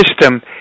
system